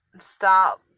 stop